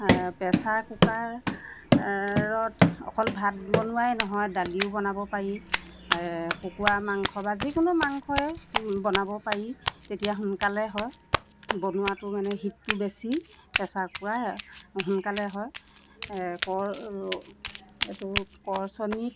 pressure cooker ৰত অকল ভাত বনোৱাই নহয় দালিও বনাব পাৰি কুকুৰা মাংস বা যিকোনো মাংসয়ে বনাব পাৰি তেতিয়া সোনকালে হয় বনোৱাতো মানে হিটটো বেছি প্ৰেছাৰ কুকাৰত সোনকালে হয় কৰ এইটো কৰচনি